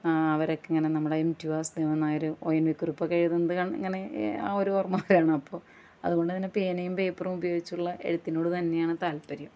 അവരൊക്കെ നമ്മളെ M T Vasudevan നായരും ഒ എൻ വി കുറുപ്പുമൊക്കെ എഴുതുന്നത് കണ്ട് ഇങ്ങനെ ആ ഒരു ഓർമ്മ വരുകയാണ് അപ്പോൾ അത്കൊണ്ട് തന്നെ പേനയും പേപ്പറും ഉപയോഗിച്ചുള്ള എഴുത്തിനോട് തന്നെയാണ് താല്പര്യം